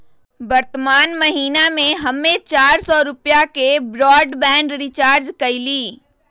वर्तमान महीना में हम्मे चार सौ रुपया के ब्राडबैंड रीचार्ज कईली